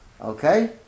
Okay